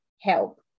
help